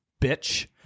bitch